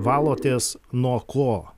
valotės nuo ko